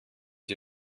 die